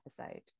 episode